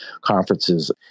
conferences